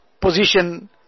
position